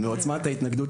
מעוצמת ההתנגדות,